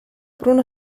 bruno